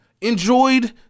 Enjoyed